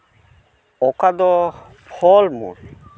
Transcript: ᱚᱠᱟᱫᱚ ᱦᱚᱲᱢᱚ